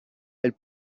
elle